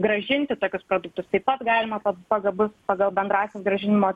grąžinti tokius produktus taip pat galima pag pagabus pagal bendrąsias grąžinimo